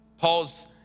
Paul's